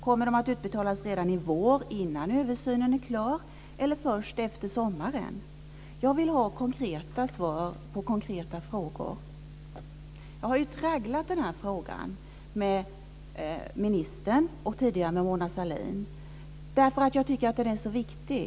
Kommer de att utbetalas redan i vår, innan översynen är klar, eller först efter sommaren? Jag vill ha konkreta svar på konkreta frågor. Jag har tragglat den här frågan med ministern och tidigare med Mona Sahlin därför att jag tycker att den är så viktig.